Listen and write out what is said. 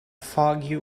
foggy